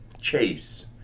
chase